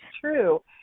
true